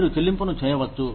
మీరు చెల్లింపును చేయవచ్చు